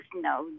no